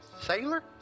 Sailor